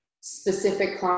specific